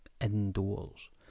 indoors